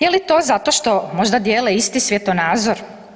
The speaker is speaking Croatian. Je li to zato što možda dijele isti svjetonazor?